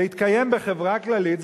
להתקיים בחברה כללית,